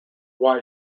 why